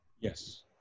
Yes